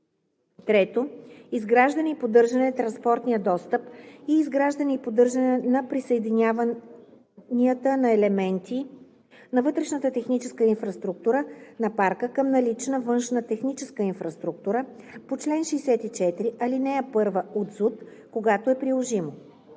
парк; 3. изграждане и поддържане на транспортния достъп и изграждане и поддържане на присъединяванията на елементи на вътрешната техническа инфраструктура на парка към налична външна техническа инфраструктура по чл. 64, ал. 1 от ЗУТ – когато е приложимо;